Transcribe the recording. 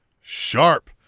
Sharp